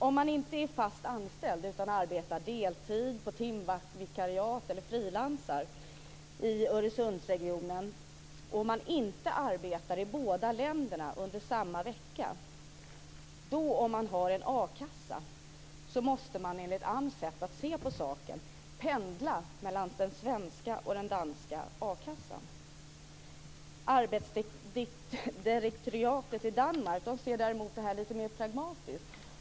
Den som inte är fast anställd utan arbetar deltid, på timvikariat eller frilansar i Öresundsregionen och inte arbetar i båda länderna under samma vecka och har en a-kassa måste, enligt AMS sätt att se på saken, pendla mellan den svenska och den danska a-kassan. Arbejdsdirektoratet i Danmark ser däremot det här lite mer pragmatiskt.